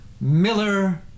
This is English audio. Miller